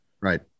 right